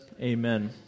amen